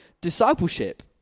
discipleship